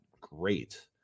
great